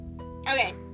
Okay